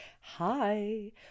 Hi